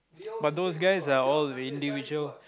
but those guys are all individual